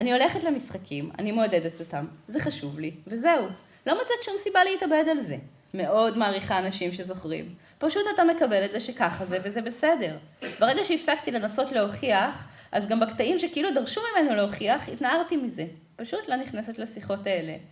אני הולכת למשחקים, אני מועדדת אותם, זה חשוב לי, וזהו, לא מוצאת שום סיבה להתאבד על זה. מאוד מעריכה אנשים שזוכרים. פשוט אתה מקבל את זה שככה זה וזה בסדר. ברגע שהפסקתי לנסות להוכיח, אז גם בקטעים שכאילו דרשו ממנו להוכיח, התנערתי מזה. פשוט לא נכנסת לשיחות האלה.